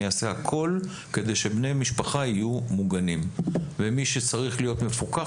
אני אעשה הכול כדי שבני משפחה יהיו מוגנים ומי שצריך להיות מפוקח,